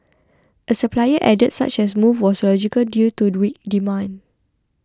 a supplier added such as move was logical due to weak demand